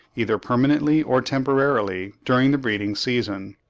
either permanently or temporarily during the breeding-season.